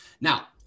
now